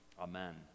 amen